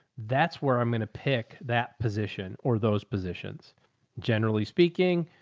that's where i'm going to pick that position or those positions generally speaking,